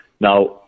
Now